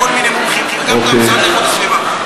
תזמין כל מיני מומחים וגם את המשרד להגנת הסביבה.